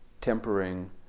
tempering